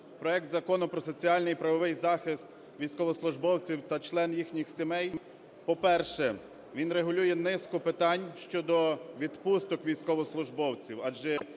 Проект Закону "Про соціальний і правовий захист військовослужбовців та членів їхніх сімей", по-перше, він регулює низку питань щодо відпусток військовослужбовців, адже